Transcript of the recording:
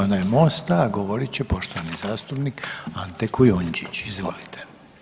onaj Mosta, a govorit će poštovani zastupnik Ante Kujundžić, izvolite.